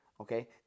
okay